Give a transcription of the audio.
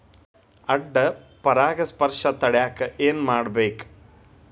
ಅಡ್ಡ ಪರಾಗಸ್ಪರ್ಶ ತಡ್ಯಾಕ ಏನ್ ಮಾಡ್ಬೇಕ್?